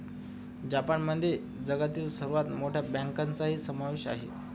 जपानमध्ये जगातील सर्वात मोठ्या बँकांचाही समावेश आहे